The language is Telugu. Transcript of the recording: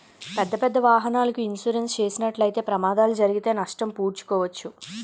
పెద్దపెద్ద వాహనాలకు ఇన్సూరెన్స్ చేసినట్లయితే ప్రమాదాలు జరిగితే నష్టం పూడ్చుకోవచ్చు